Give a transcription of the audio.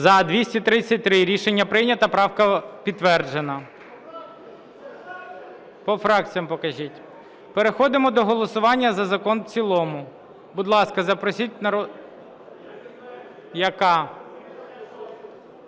За-233 Рішення прийнято. Правка підтверджена. По фракціям покажіть. Переходимо до голосування за закон в цілому. Будь ласка, запросіть… Яка?